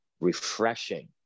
refreshing